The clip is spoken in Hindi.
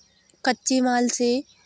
कच्चे माल से